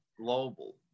global